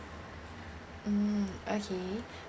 mm okay